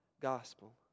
gospel